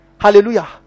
Hallelujah